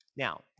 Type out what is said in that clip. Now